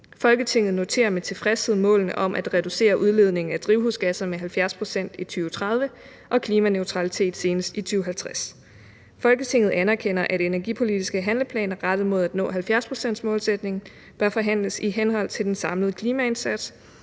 Folketinget noterer med tilfredshed målene om at reducere udledningen af drivhusgasser med 70 pct. i 2030 og klimaneutralitet senest i 2050. Folketinget anerkender, at energipolitiske handleplaner rettet mod at nå 70 pct.-målsætningen bør forhandles i henhold til den samlede klimaindsats